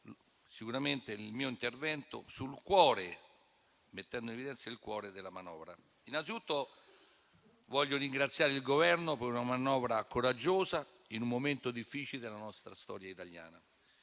sicuramente il mio intervento al cuore della manovra e metterlo in evidenza. Innanzitutto, voglio ringraziare il Governo per una manovra coraggiosa in un momento difficile della nostra storia italiana: